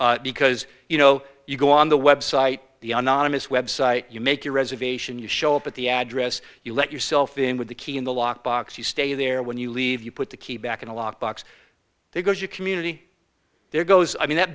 b because you know you go on the website the anonymous website you make your reservation you show up at the address you let yourself in with the key in the lock box you stay there when you leave you put the key back in a lock box there goes your community there goes i mean that